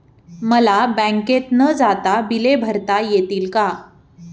मला बँकेत न जाता बिले भरता येतील का?